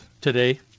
today